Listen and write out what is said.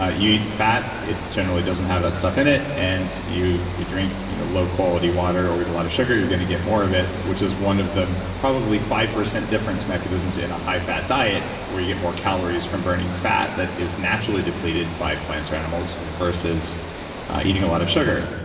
ah you eat fat, it generally doesn't have that stuff in it, and you you drink you know low-quality water, or eat a lot of sugar, you're going to get more of it, which is one of the probably five percent difference mechanisms in a high-fat diet where you get more calories from burning fat that is naturally depleted by plants or animals versus eating a lot of sugar,